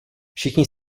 všichni